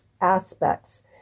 Aspects